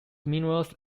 minerals